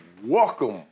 Welcome